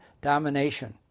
domination